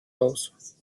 aus